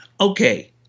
okay